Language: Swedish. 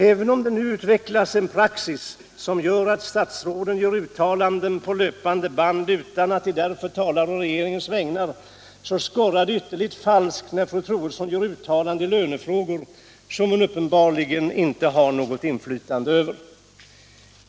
Även om det nu utvecklats till praxis att statsråden gör uttalanden på löpande band utan att de därför talar å regeringens vägnar, skorrar det ytterligt falskt när fru Troedsson gör uttalanden i lönefrågor, som hon uppenbarligen inte har något inflytande över.